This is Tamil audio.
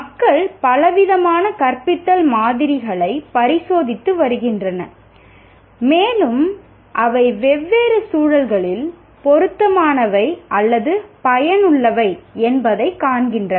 மக்கள் பலவிதமான கற்பித்தல் மாதிரிகளைப் பரிசோதித்து வருகின்றனர் மேலும் அவை வெவ்வேறு சூழல்களில் பொருத்தமானவை அல்லது பயனுள்ளவை என்பதைக் காண்கின்றனர்